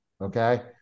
okay